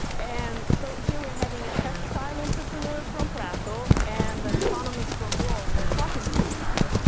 and so here we are having a textile entrepreneur from prato and an economist from rome. they're talking to each other.